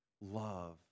love